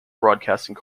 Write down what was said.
broadcasting